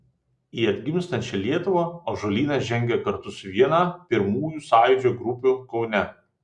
į atgimstančią lietuvą ąžuolynas žengė kartu su viena pirmųjų sąjūdžio grupių kaune